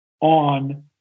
on